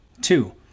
Two